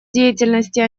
деятельности